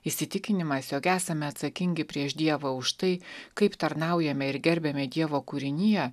įsitikinimas jog esame atsakingi prieš dievą už tai kaip tarnaujame ir gerbiame dievo kūriniją